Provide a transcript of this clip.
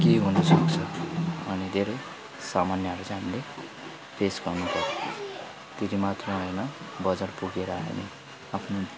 के हुनु सक्छ अनि धेरै सामनाहरू चाहिँ हामीले फेस गर्नु पऱ्यो त्यति मात्र होइन बजार पुगेर हामी आफ्नो